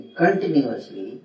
continuously